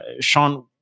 Sean